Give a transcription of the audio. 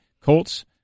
Colts